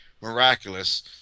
miraculous